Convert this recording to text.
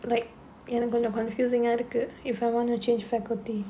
like எனக்கு கொஞ்சம்:enakku konjam confusing இருக்கு:irukku if I want to change faculty